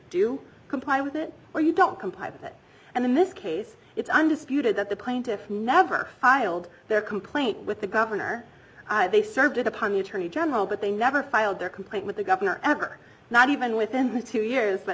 do comply with it or you don't comply with it and then this case it's undisputed that the plaintiffs never filed their complaint with the gov they served it upon your tourney general but they never filed their complaint with the governor ever not even within two years but